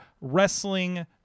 wrestling